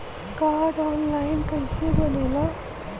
Card online कइसे बनेला?